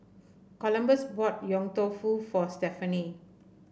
Columbus bought Yong Tau Foo for Stephany